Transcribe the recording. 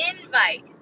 invite